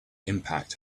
impact